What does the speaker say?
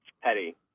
Petty